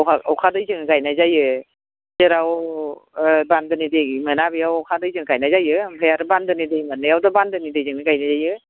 अखा दैजों गायनाय जायो जेराव बान्दोनि दै मोना बेयाव अखानि दैजों गायनाय जायो आरो ओमफ्राय बान्दोनि दै मोननायावथ' बान्दोनि दैजोंनो गायजायो